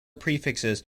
prefixes